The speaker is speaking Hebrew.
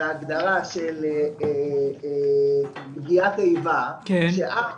להגדרה "פגיעת איבה", שהיא